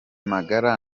magara